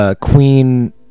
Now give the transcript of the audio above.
Queen